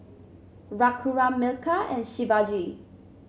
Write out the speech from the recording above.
Raghuram Milkha and Shivaji